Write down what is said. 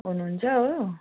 हुनुहुन्छ हो